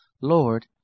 Lord